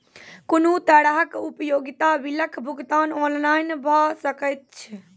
कुनू तरहक उपयोगिता बिलक भुगतान ऑनलाइन भऽ सकैत छै?